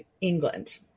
England